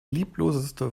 liebloseste